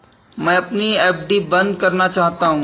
मैं अपनी एफ.डी बंद करना चाहता हूँ